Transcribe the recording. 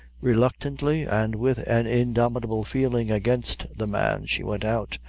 reluctantly, and with an indomitable feeling against the man, she went out,